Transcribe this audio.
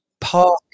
Park